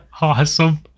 Awesome